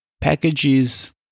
Packages